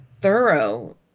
thorough